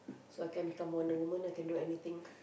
so I can become Wonder-Woman I can do anything